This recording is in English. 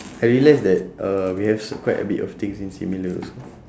I realise that uh we have s~ quite a bit of things in similar also